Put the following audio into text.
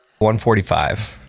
145